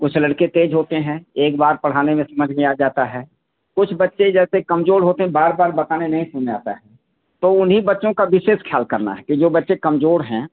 कुछ लड़के तेज होते हैं एक बार पढ़ाने में समझ में आ जाता है कुछ बच्चे जैसे कमजोर होते हैं बार बार बताने नहीं समझ में आता है तो उन्ही बच्चों का विशेष ख्याल करना है कि जो बच्चे कमजोर हैं